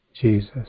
Jesus